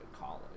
college